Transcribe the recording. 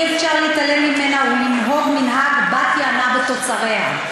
אי-אפשר להתעלם ממנה ולנהוג מנהג בת-יענה בתוצריה.